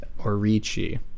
Orichi